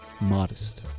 modest